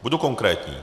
Budu konkrétní.